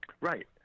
Right